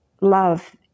love